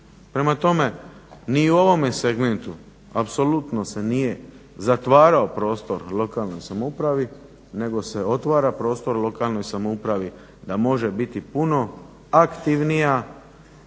Prema tome ni u ovome segmentu apsolutno se nije zatvarao prostor lokalnoj samoupravi nego se otvara prostor lokalnoj samoupravi da može biti puno aktivnija